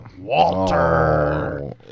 Walter